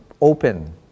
open